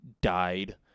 died